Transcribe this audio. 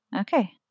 Okay